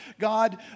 God